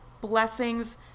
blessings